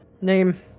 name